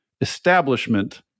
establishment